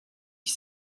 qui